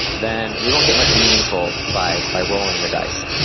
then we won't get much meaningful by by rolling the dice,